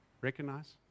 Recognize